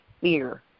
fear